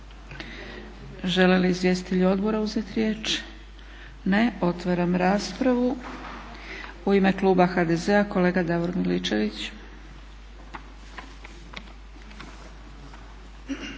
Žele li izvjestitelji odbora uzeti riječ? Ne. Otvaram raspravu. U ime kluba HDZ-a kolega Davor Miličević.